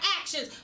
actions